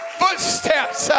footsteps